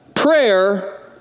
Prayer